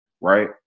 right